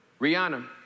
Rihanna